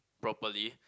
properly